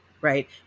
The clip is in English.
right